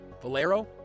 Valero